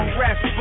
rest